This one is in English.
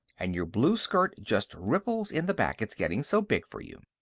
and your blue skirt just ripples in the back, it's getting so big for you.